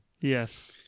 Yes